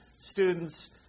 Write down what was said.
students